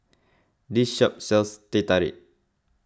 this shop sells Teh Tarik